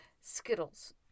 Skittles